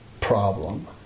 problem